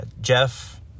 jeff